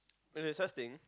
oh there is such thing